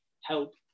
help